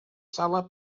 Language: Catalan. sala